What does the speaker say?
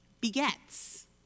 begets